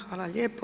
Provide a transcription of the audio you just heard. Hvala lijepo.